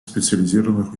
специализированных